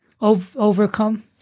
overcome